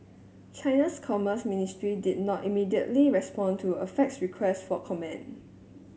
China's commerce ministry did not immediately respond to a faxed request for comment